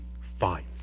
fine